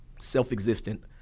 self-existent